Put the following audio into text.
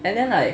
and then like